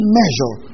measure